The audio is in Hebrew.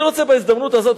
בהזדמנות הזאת,